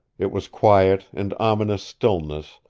it was quiet and ominous stillness,